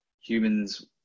humans